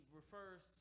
refers